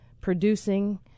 producing